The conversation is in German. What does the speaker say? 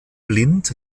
blind